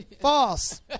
false